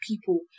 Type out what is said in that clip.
people